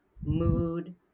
mood